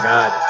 God